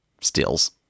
stills